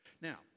Now